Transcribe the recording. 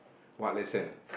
what lesson